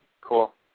cool